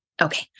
Okay